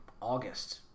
August